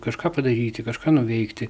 kažką padaryti kažką nuveikti